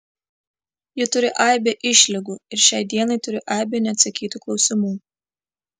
ji turi aibę išlygų ir šiai dienai turi aibę neatsakytų klausimų